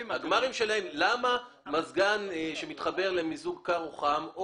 אני לא מבין למה מזגן שמתחבר למיזוג קר או חם,